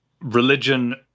religion